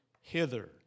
hither